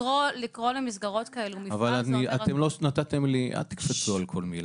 לקרוא למסגרות כאלה מפעל --- אל תקפצו על כל מילה.